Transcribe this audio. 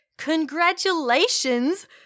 congratulations